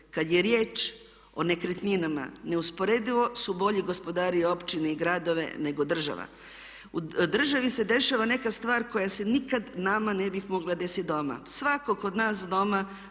Kad je riječ o nekretninama neusporedivo su bolji gospodari općine i gradovi nego država. U državi se dešava neka stvar koja se nikad nama ne bih mogla desit doma. Svakog od nas doma